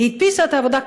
הדפיסה את העבודה,